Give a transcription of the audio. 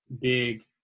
big